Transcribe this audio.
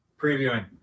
previewing